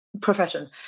profession